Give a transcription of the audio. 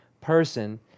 person